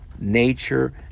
nature